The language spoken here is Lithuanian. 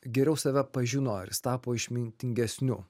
geriau save pažino ar jr jis tapo išmintingesniu